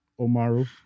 Omaru